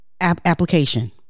application